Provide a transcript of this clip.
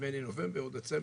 נדמה לי נובמבר או דצמבר,